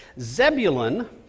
Zebulun